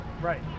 Right